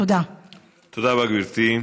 תודה רבה, גברתי.